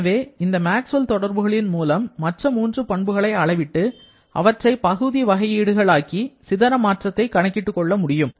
எனவே இந்த மாக்ஸ்வல் தொடர்புகளின் மூலம் மற்ற மூன்று பண்புகளை அளவிட்டு அவற்றை பகுதி வகையீடுகள் ஆக்கி சிதற மாற்றத்தை கணக்கிட்டுக் கொள்ள முடியும்